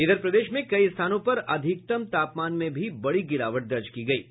इधर प्रदेश में कई स्थानों पर अधिकतम तापमान में भी बड़ी गिरावट दर्ज की गई है